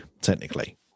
technically